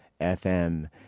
FM